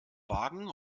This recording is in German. wagen